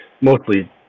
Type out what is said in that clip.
mostly